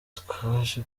twaje